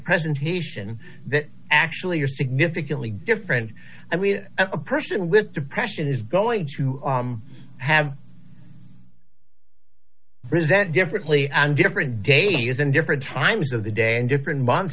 presentation that actually are significantly different and a person with depression is going to have resent differently and different days and different times of the day and different